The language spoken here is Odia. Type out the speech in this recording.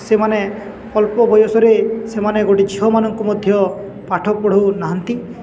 ସେମାନେ ଅଳ୍ପ ବୟସରେ ସେମାନେ ଗୋଟେ ଝିଅମାନଙ୍କୁ ମଧ୍ୟ ପାଠ ପଢ଼ଉନାହାନ୍ତି